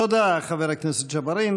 תודה, חבר הכנסת ג'בארין.